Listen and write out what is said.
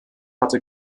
hatte